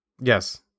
Yes